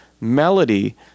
melody